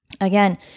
again